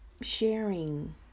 sharing